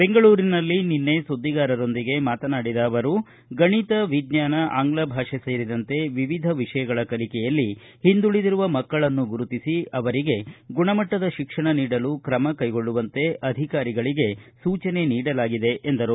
ಬೆಂಗಳೂರಿನಲ್ಲಿ ನಿನ್ನೆ ಸುದ್ದಿಗಾರರೊಂದಿಗೆ ಮಾತನಾಡಿದ ಅವರು ಗಣಿತ ವಿಜ್ಞಾನ ಆಂಗ್ಲ ಭಾಷೆ ಸೇರಿದಂತೆ ವಿವಿಧ ವಿಷಯಗಳ ಕಲಿಕೆಯಲ್ಲಿ ಹಿಂದುಳಿದಿರುವ ಮಕ್ಕಳನ್ನು ಗುರುತಿಸಿ ಅವರಿಗೆ ಗುಣಮಟ್ಟದ ಶಿಕ್ಷಣ ನೀಡಲು ತ್ರಮ ಕೈಗೊಳ್ಳುವಂತೆ ಅಧಿಕಾರಿಗಳಿಗೆ ಸೂಚನೆ ನೀಡಲಾಗಿದೆ ಎಂದರು